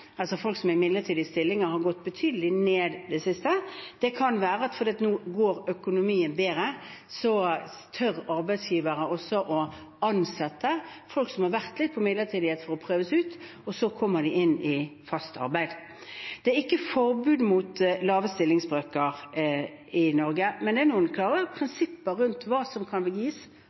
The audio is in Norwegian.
stillinger, har gått betydelig ned i det siste. Det kan være fordi økonomien nå går bedre og at arbeidsgivere da også tør å ansette folk som har vært i midlertidige stillinger for å prøves ut – nå kommer de i fast arbeid. Det er ikke noe forbud mot lave stillingsbrøker i Norge, men det er noen klare prinsipper rundt hva som kan gis